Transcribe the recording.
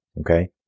okay